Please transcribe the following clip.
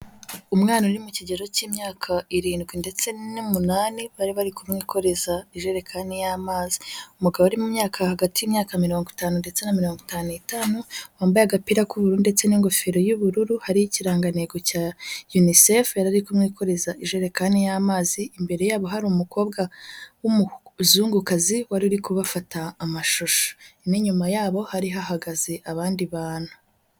Umwana uri mu kigero cy'imyaka irindwi ndetse n'umunani bari bari kumwikoreza ijerekani y'amazi, umugabo ari mu myaka hagati y'imyaka mirongo itanu ndetse na mirongo itanu n'itanu wambaye agapira k'uburu ndetse n'ingofero y'ubururu hariho ikirangantego cya unicef yari ari kumwikoreza ijerekani y'amazi, imbere yabo hari umukobwa w'umuzungukazi wari uri kubafata amashusho, n'inyuma yabo hari hahagaze abandi bantu.